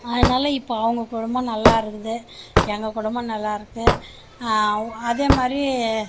அதனால் இப்போது அவங்கள் குடும்பம் நல்லா இருக்குது எங்கள் குடும்பம் நல்லா இருக்குது அதே மாதிரி